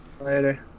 Later